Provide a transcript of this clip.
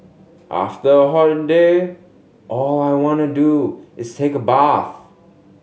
after a hot day all I want to do is take a bath